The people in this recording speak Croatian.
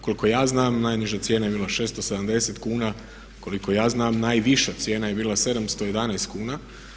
Koliko ja znam najniža cijena je bila 670 kuna, koliko ja znam najviša cijena je bila 711 kuna.